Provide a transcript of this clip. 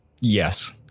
Yes